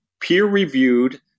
peer-reviewed